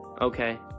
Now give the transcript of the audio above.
Okay